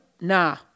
nah